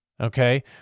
okay